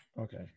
Okay